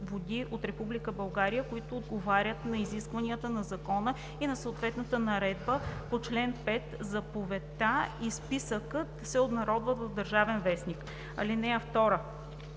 от Република България, които отговарят на изискванията на закона и на съответната наредба по чл. 5. Заповедта и списъкът се обнародват в „Държавен вестник”. (2)